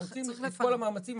אנחנו עושים את כל המאמצים.